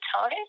time